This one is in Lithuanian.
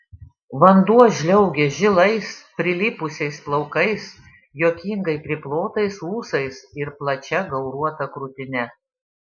vanduo žliaugė žilais prilipusiais plaukais juokingai priplotais ūsais ir plačia gauruota krūtine